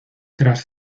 tras